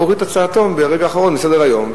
הוריד את הצעתו ברגע האחרון מסדר-היום,